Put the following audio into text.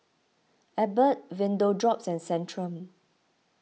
Abbott Vapodrops and Centrum